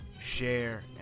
share